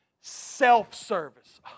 self-service